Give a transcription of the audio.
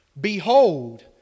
Behold